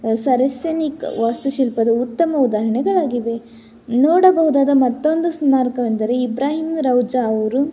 Saracenic ವಾಸ್ತುಶಿಲ್ಪದ ಉತ್ತಮ ಉದಾಹರಣೆಗಳಾಗಿದೆ ನೋಡಬಹುದಾದ ಮತ್ತೊಂದು ಸ್ಮಾರಕವೆಂದರೆ ಇಬ್ರಾಹಿಂ ರೌಜ ಅವರು